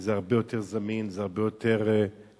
כי זה הרבה יותר זמין, זה הרבה יותר נגיש.